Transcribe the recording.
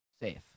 safe